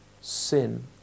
sin